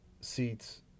seats